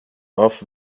off